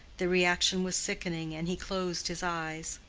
the reaction was sickening and he closed his eyes.